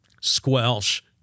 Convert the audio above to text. squelch